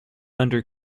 under